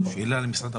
יש לי שאלה למשרד האוצר.